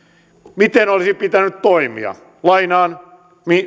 miten olisi pitänyt toimia lainaan